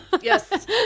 Yes